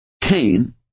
Cain